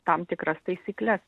tam tikras taisykles